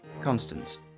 Constance